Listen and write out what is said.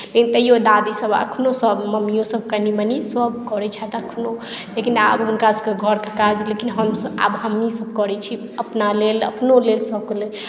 लेकिन तैयो दादीसभ एखनोसभ मम्मियोसभ कनि मनि सभ करैत छथि आब एखनहु लेकिन आब हुनकासभकेँ घरके काज लेकिन हमसभ आब हमहीसभ करैत छी अपना लेल अपनो लेल सभके लेल